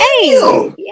hey